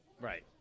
Right